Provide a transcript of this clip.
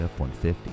f-150